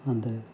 அந்த